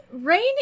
Rain